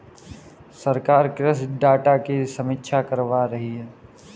सरकार कृषि डाटा की समीक्षा करवा रही है